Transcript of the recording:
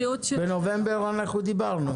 בנובמבר דיברנו.